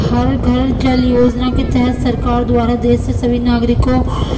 ہر گھر جل یوجنا کے تحت سرکار دوارا دیش سے سبھی ناگرکوں